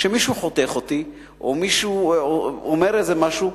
כשמישהו חותך אותי או מישהו אומר איזה משהו,